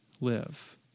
live